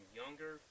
younger